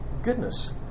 goodness